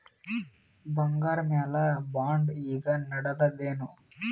ಬಂಗಾರ ಮ್ಯಾಲ ಬಾಂಡ್ ಈಗ ನಡದದೇನು?